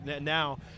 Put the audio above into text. now